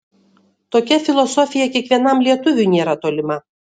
tokia filosofija kiekvienam lietuviui nėra tolima